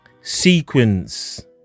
Sequence